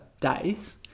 days